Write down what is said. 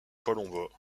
colombo